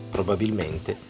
Probabilmente